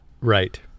Right